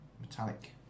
metallic